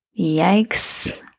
Yikes